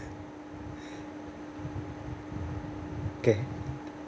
okay